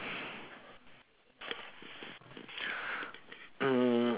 mm